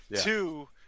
Two